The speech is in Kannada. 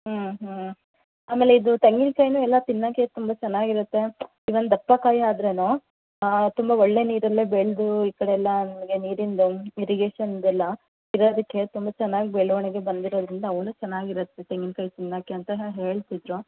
ಹ್ಞೂಂ ಹ್ಞೂಂ ಆಮೇಲೆ ಇದು ತೆಂಗಿನಕಾಯಿನು ಎಲ್ಲ ತಿನ್ನೋಕ್ಕೆ ತುಂಬ ಚೆನ್ನಾಗಿರುತ್ತೆ ಈವನ್ ದಪ್ಪಕಾಯಿ ಆದ್ರೆ ತುಂಬ ಒಳ್ಳೆಯ ನೀರಲ್ಲೇ ಬೆಳೆದು ಈ ಕಡೆಯೆಲ್ಲ ನಿಮಗೆ ನೀರಿಂದು ಇರಿಗೇಷನ್ದೆಲ್ಲ ಇರೋದಕ್ಕೆ ತುಂಬ ಚೆನ್ನಾಗಿ ಬೆಳವಣ್ಗೆ ಬಂದಿರೋದರಿಂದ ಚೆನ್ನಾಗಿರತ್ತೆ ತೆಂಗಿನಕಾಯಿ ತಿನ್ನೋಕ್ಕೆ ಅಂತನೇ ಹೇಳ್ತಿದ್ದರು